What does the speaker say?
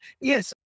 Yes